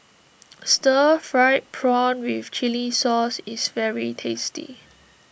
Stir Fried Prawn with Chili Sauce is very tasty